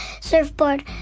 surfboard